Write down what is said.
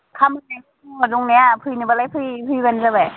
खामानिया दङ दंनाया फैनोबालाय फै फैबानो जाबाय